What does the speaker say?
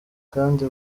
kandi